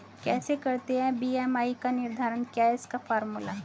कैसे करते हैं बी.एम.आई का निर्धारण क्या है इसका फॉर्मूला?